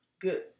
good